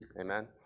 Amen